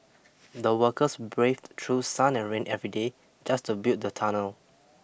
the workers braved through sun and rain every day just to build the tunnel